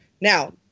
now